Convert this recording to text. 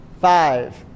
five